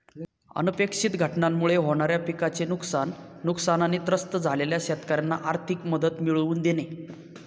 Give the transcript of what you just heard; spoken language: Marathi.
अनपेक्षित घटनांमुळे होणाऱ्या पिकाचे नुकसान, नुकसानाने त्रस्त झालेल्या शेतकऱ्यांना आर्थिक मदत मिळवून देणे